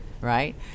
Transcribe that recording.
right